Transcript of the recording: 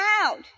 out